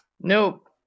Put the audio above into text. Nope